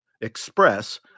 express